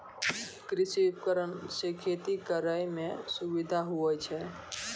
कृषि उपकरण से खेती करै मे सुबिधा हुवै छै